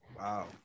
Wow